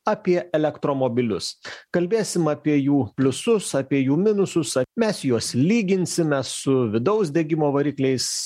apie elektromobilius kalbėsim apie jų pliusus apie jų minusus mes juos lyginsime su vidaus degimo varikliais